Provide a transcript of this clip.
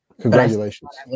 Congratulations